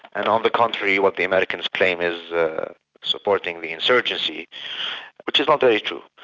and on the contrary, what the americans claim is supporting the insurgency which is not very true.